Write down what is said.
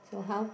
so how